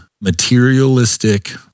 materialistic